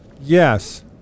Yes